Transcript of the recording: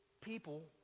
people